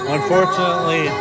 Unfortunately